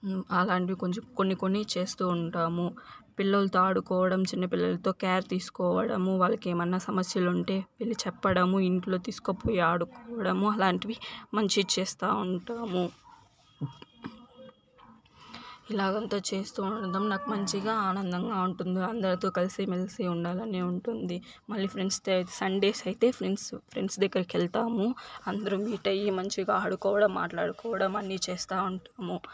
అలాంటివి కొంచెం కొన్ని కొన్ని చేస్తూ ఉంటాము పిల్లలతో ఆడుకోవడం చిన్నపిల్లలతో కార్ తీసుకోవడము వాళ్ళకి ఏమన్నా సమస్యలు ఉంటే వీళ్ళు చెప్పడము ఇంట్లో తీసుకుపోయి ఆడుకోవడం అలాంటివి మంచి చేస్తా ఉంటాము ఇలాగా అంతా చేస్తూ ఉండడం నాకు మంచిగా ఆనందంగా ఉంటుంది అందరితో కలిసి మెలిసి ఉండాలని ఉంటుంది మళ్లీ ఫ్రెండ్స్ సండేస్ అయితే ఫ్రెండ్స్ ఫ్రెండ్స్ దగ్గరకి వెళ్తాము అందరూ మీట్ అయి మంచిగా ఆడుకోవడం మాట్లాడుకోవడం అన్నీ చేస్తూ ఉంటాము